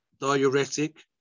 diuretic